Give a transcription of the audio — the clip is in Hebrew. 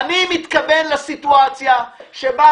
תקשיבו לי: אני מתכוון לסיטואציה שבה